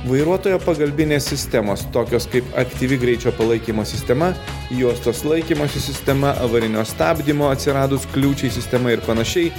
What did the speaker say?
vairuotojo pagalbinės sistemos tokios kaip aktyvi greičio palaikymo sistema juostos laikymosi sistema avarinio stabdymo atsiradus kliūčiai sistema ir panašiai